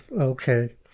okay